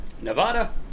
Nevada